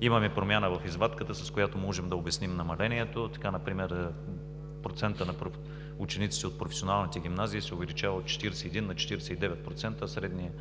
Имаме промяна в извадката, с която можем да обясним намалението. Така например процентът на учениците от професионалните гимназии се увеличава от 41 на 49%,